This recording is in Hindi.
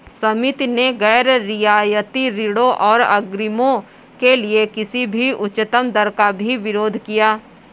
समिति ने गैर रियायती ऋणों और अग्रिमों के लिए किसी भी उच्चतम दर का भी विरोध किया